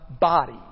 body